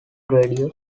radio